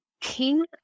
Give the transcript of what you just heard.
king